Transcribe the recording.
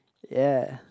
ya